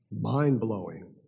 mind-blowing